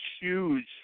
huge